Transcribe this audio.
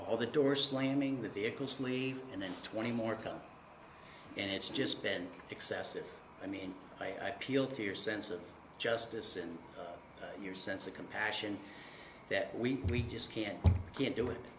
all the door slamming the vehicles leave and then twenty more come and it's just been excessive i mean i feel to your sense of justice and your sense of compassion that we just can't can't do it